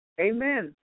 Amen